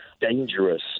dangerous